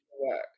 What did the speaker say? work